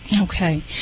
Okay